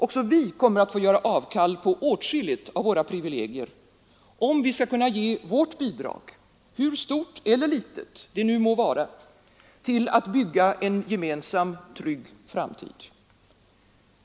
Också vi kommer att få göra avkall på åtskilliga av våra privilegier, om vi skall kunna ge vårt bidrag, hur stort eller litet det nu må vara, till att bygga en gemensam trygg framtid.